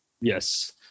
yes